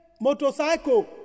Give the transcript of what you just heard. motorcycle